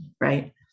right